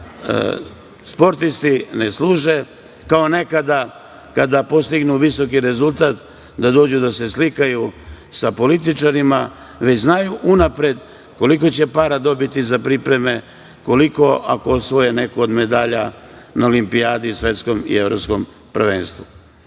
da sportisti ne služe kao nekada kada postignu visoki rezultat da dođu da slikaju sa političarima, već znaju unapred koliko će para dobiti za pripreme, koliko ako osvoje neku od medalja na olimpijadi, svetskom i evropskom prvenstvu. Tako